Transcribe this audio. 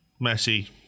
Messi